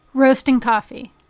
roasting coffee.